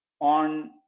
on